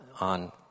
on